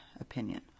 opinion